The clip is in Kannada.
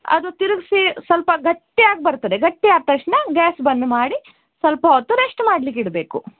ಅದು ತಿರಗಿಸಿ ಸ್ವಲ್ಪ ಗಟ್ಟಿ ಆಗಿ ಬರ್ತದೆ ಗಟ್ಟಿ ಆದ ತಕ್ಷಣ ಗ್ಯಾಸ್ ಬಂದ್ ಮಾಡಿ ಸ್ವಲ್ಪ ಹೊತ್ತು ರೆಸ್ಟ್ ಮಾಡ್ಲಿಕ್ಕೆ ಇಡಬೇಕು